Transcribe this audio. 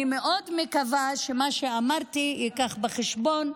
אני מקווה מאוד שמה שאמרתי יילקח בחשבון,